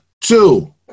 Two